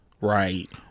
Right